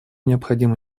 необходимо